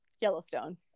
Yellowstone